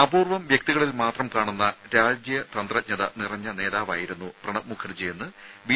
അപൂർവ്വം വ്യക്തികളിൽ മാത്രം കാണുന്ന രാജ്യതന്ത്രജ്ഞത നിറഞ്ഞ നേതാവായിരുന്നു പ്രണബ് മുഖർജിയെന്ന് ബി